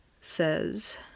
says